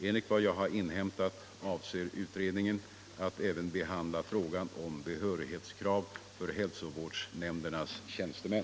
Enligt vad jag har inhämtat avser utredningen att även behandla frågan om behörighetskrav för hälsovårdsnämndernas tjänstemän.